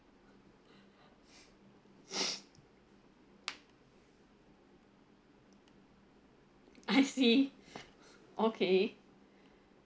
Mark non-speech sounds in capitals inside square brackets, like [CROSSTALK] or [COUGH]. [BREATH] I see okay